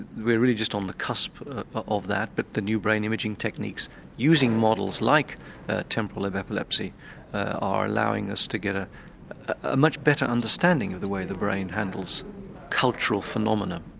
we're really just on the cusp of that, but the new brain imaging techniques using models like ah temporal lobe epilepsy are allowing us to get ah ah much better understanding of the way the brain handles cultural phenomena.